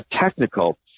technical